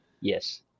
Yes